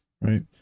right